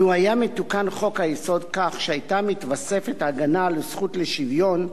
לו היה מתוקן חוק-היסוד כך שהיתה מתווספת לו ההגנה על הזכות לשוויון,